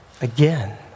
again